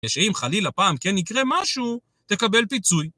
כדי שאם חלילה פעם יקרה משהו, תקבל פיצוי.